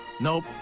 Nope